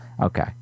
Okay